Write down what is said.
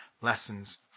lessons